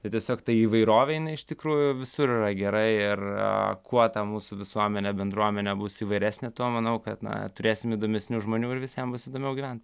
tai tiesiog ta įvairovė jinai iš tikrųjų visur yra gera ir kuo tą mūsų visuomenė bendruomenė bus įvairesnė tuo manau kad na turėsime įdomesnių žmonių ir visiem bus įdomiau gyvent